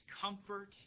comfort